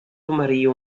tomaria